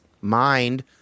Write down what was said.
mind